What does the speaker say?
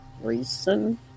reason